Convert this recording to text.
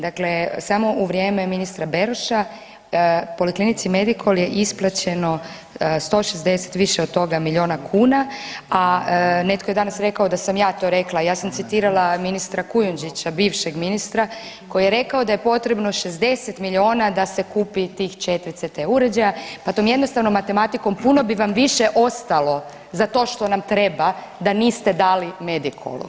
Dakle samo u vrijeme ministra Beroša Poliklinici Medikol je isplaćeno 160, više od toga, milijuna kuna, a netko je danas rekao da sam ja to rekla, ja sam citirala ministra Kujundžića, bivšeg ministra koji je rekao da je potrebno 60 milijuna da se kupi tih 4 CT uređaja pa tom jednostavnom matematikom puno bi vam više ostalo za to što nam treba da niste dali Medikolu.